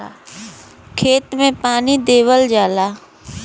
खेत मे पानी देवल जाला